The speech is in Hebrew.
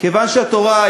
כיוון שהתורה,